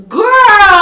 Girl